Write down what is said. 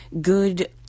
good